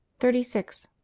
thirty six.